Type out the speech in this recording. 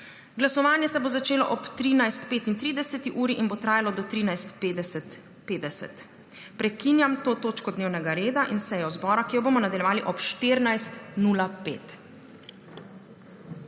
Glasovanje se bo začelo ob 13.35. uri in bo trajalo do 13.50. Prekinjam to točko dnevnega reda in sejo zbora, ki jo bomo nadaljevali ob 14.05.